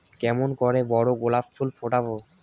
কেমন করে বড় গোলাপ ফুল ফোটাব?